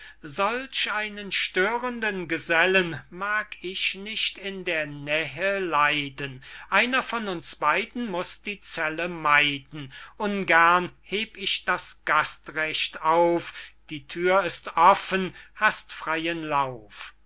solch einen störenden gesellen mag ich nicht in der nähe leiden einer von uns beyden muß die zelle meiden ungern heb ich das gastrecht auf die thür ist offen hast freyen lauf